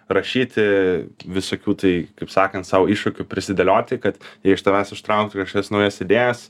rašyti visokių tai kaip sakant sau iššūkių prisidėlioti kad iš tavęs ištraukti kažkokias naujas idėjas